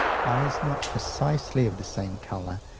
eyes not precisely of the same colour,